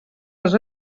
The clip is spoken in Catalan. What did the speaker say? dels